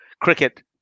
cricket